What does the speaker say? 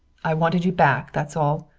i wanted you back, that's all,